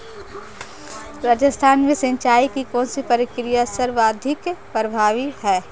राजस्थान में सिंचाई की कौनसी प्रक्रिया सर्वाधिक प्रभावी है?